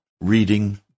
reading